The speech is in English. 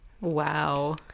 Wow